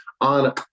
on